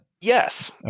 Yes